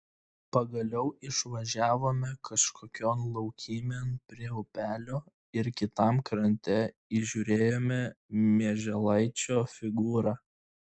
pagaliau išvažiavome kažkokion laukymėn prie upelio ir kitam krante įžiūrėjome mieželaičio figūrą